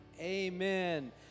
amen